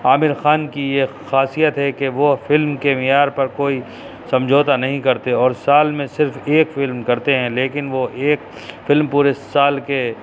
عامر خان کی یہ خاصیت ہے کہ وہ فلم کے معیار پر کوئی سمجھوتا نہیں کرتے اور سال میں صرف ایک فلم کرتے ہیں لیکن وہ ایک فلم پورے سال کے